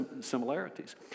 similarities